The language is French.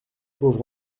pauvre